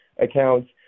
accounts